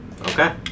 Okay